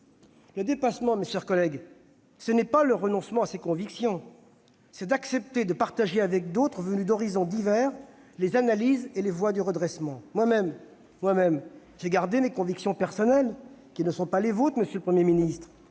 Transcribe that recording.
Le dépassement, mes chers collègues, ce n'est pas renoncer à ses convictions ; c'est accepter de partager avec d'autres, venus d'horizons divers, les analyses et les voies du redressement. Moi-même, j'ai gardé mes convictions personnelles, qui ne sont pas les vôtres, monsieur le Premier ministre,